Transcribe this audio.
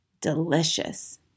Delicious